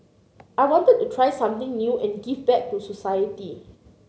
I wanted to try something new and give back to society